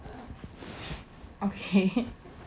okay